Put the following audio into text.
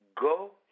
go